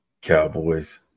Cowboys